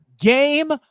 Game